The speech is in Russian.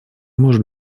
может